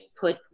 put